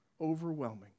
overwhelming